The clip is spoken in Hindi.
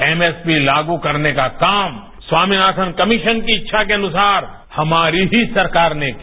एमएसपी लागू करने का काम स्वामीनाथन कमीशन की इच्छा के अनुसार हमारी ही सरकार ने किया